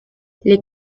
les